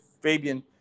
Fabian